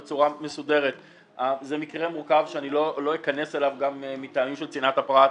זה מקרה מורכב שאני לא אכנס אליו גם מטעמים של צנעת הפרט,